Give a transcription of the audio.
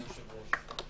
היושב-ראש,